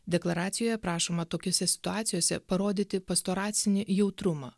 deklaracijoje prašoma tokiose situacijose parodyti pastoracinį jautrumą